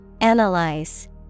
Analyze